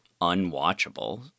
unwatchable